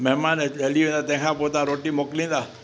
महिमान हली वेंदा तंहिंखां पोइ तव्हां रोटी मोकिलींदा